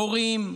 הורים,